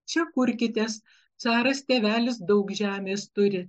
čia kurkitės caras tėvelis daug žemės turi